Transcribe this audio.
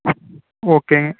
okay